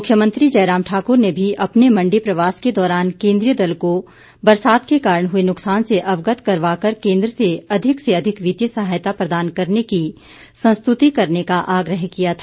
मुख्यमंत्री जयराम ठाकुर ने भी अपने मंडी प्रवास के दौरान केंद्रीय दल को बरसात के कारण हुए नुक्सान से अवगत करवाकर केंद्र से अधिक से अधिक वित्तीय सहायता प्रदान करने की संस्तुति करने का आग्रह किया था